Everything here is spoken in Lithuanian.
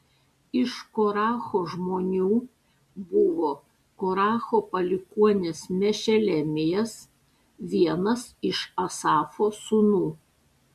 iš korachų žmonių buvo koracho palikuonis mešelemijas vienas iš asafo sūnų